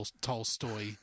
Tolstoy